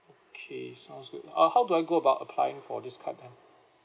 okay sounds good uh how do I go about applying for this card then